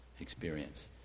experience